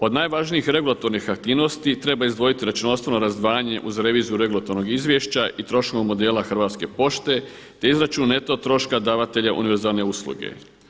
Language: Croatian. Od najvažnijih regulatornih aktivnosti treba izdvojiti računovodstveno razdvajanje uz reviziju regulatornog izvješća i … Hrvatske pošte, te izračun neto troška davatelja univerzalne usluge.